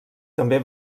també